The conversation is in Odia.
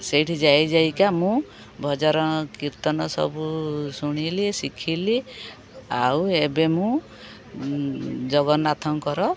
ସେଇଠି ଯାଇ ଯାଇକା ମୁଁ ଭଜନ କୀର୍ତ୍ତନ ସବୁ ଶୁଣିଲି ଶିଖିଲି ଆଉ ଏବେ ମୁଁ ଜଗନ୍ନାଥଙ୍କର